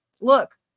Look